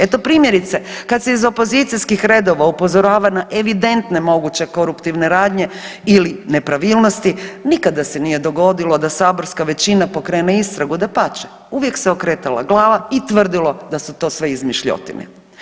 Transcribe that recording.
Eto, primjerice, kad se iz opozicijskih redova upozorava na evidentne moguće koruptivne radnje ili nepravilnosti, nikada se nije dogodilo da saborska većina pokrene istragu, dapače, uvijek se okretala glava i tvrdilo da su to sve izmišljotine.